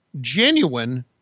genuine